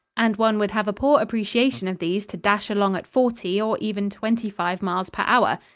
and one would have a poor appreciation of these to dash along at forty or even twenty-five miles per hour.